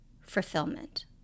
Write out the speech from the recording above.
fulfillment